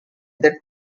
that